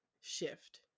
shift